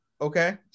Okay